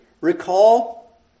recall